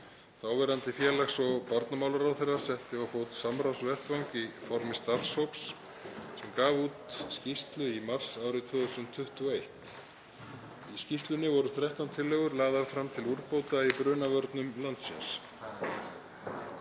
Þáverandi félags- og barnamálaráðherra setti á fót samráðsvettvang í formi starfshóps sem gaf út skýrslu í mars árið 2021. Í skýrslunni voru 13 tillögur lagðar fram til úrbóta í brunavörnum landsins.